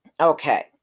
Okay